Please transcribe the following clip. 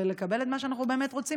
ולקבל את מה שאנחנו רוצים,